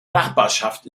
nachbarschaft